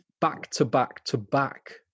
back-to-back-to-back